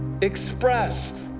expressed